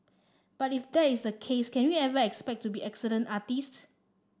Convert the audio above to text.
but if that is the case can we ever expect to be excellent artists